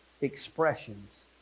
expressions